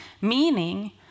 Meaning